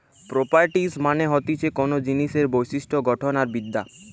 properties মানে হতিছে কোনো জিনিসের বিশিষ্ট গঠন আর বিদ্যা